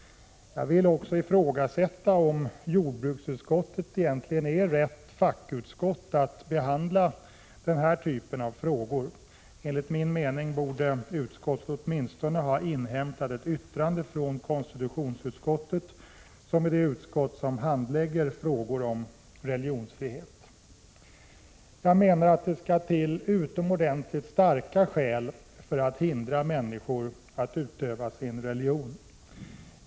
Jag vill också ifrågasätta om jordbruksutskottet egentligen är rätt fackutskott att behandla denna typ av Prot. 1986/87:24 frågor. Enligt min mening borde utskottet åtminstone ha inhämtat ett 12 november 1986 yttrande från konstitutionsutskottet, som är det utskott som handlägger = my od rä oc frågor om religionsfrihet. Jag menar att det skall till utomordentligt starka skäl för att hindra människor från att utöva sin religion.